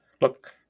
Look